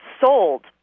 sold